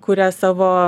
kuria savo